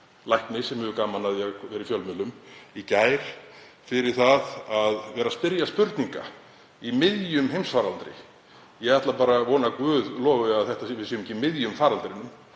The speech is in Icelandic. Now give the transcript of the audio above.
lækni sem hefur gaman af því að vera í fjölmiðlum fyrir að vera að spyrja spurninga í miðjum heimsfaraldri. Ég ætla bara að vona að guð lofi að við séum ekki í miðjum faraldrinum